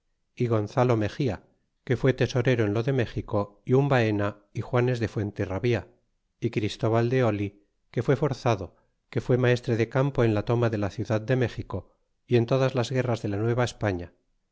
y gonzalo alexia que fué tesorero en lo de méxico y un paella kanes de fuenterravía y christóbal de oli que fué forzado que fue maestre de campo en le toma de la ciudad de méxico y en todas las guerras de la